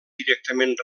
directament